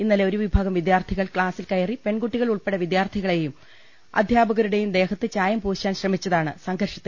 ഇന്നലെ ഒരു വിഭാഗം വിദ്യാർത്ഥികൾ ക്ലാസിൽ കയറി പെൺകുട്ടികൾ ഉൾപ്പെടെ വിദ്യാർത്ഥികളുടെയും അധ്യാപ കരുടെയും ദേഹത്ത് ചായം പൂശാൻ ശ്രമിച്ചതാണ് സംഘർഷത്തി ൽ കലാശിച്ചത്